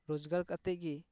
ᱨᱳᱡᱽᱜᱟᱨ ᱠᱟᱛᱮ ᱜᱮ